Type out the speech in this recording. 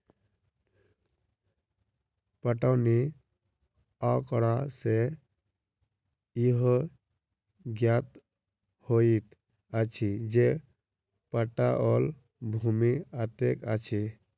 पटौनी आँकड़ा सॅ इहो ज्ञात होइत अछि जे पटाओल भूमि कतेक अछि